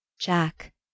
Jack